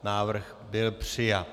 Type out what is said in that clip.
Návrh byl přijat.